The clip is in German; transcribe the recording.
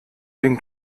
den